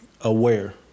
aware